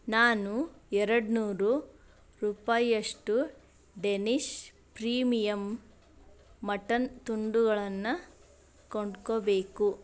ನಾನು ಎರಡುನೂರು ರೂಪಾಯಿಯಷ್ಟು ಡೆನಿಷ್ ಪ್ರೀಮಿಯಮ್ ಮಟನ್ ತುಂಡುಗಳನ್ನು ಕೊಂಡ್ಕೊಬೇಕು